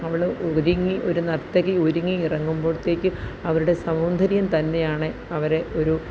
അവൾ ഒരുങ്ങി ഒരു നര്ത്തകി ഒരുങ്ങി ഇറങ്ങുമ്പോഴത്തേക്കും അവരുടെ സൗന്ദര്യം തന്നെയാണ് അവരെ ഒരു